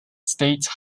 state